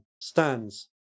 stands